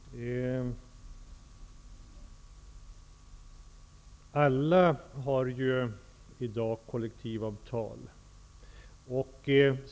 Herr talman! Alla omfattas ju i dag av kollektivavtal.